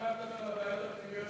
כבוד השר,